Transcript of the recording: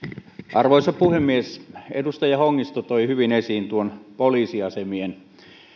arvoisa puhemies edustaja hongisto toi hyvin esiin poliisiasemien